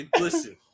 listen